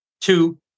Two